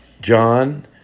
John